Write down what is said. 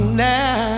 now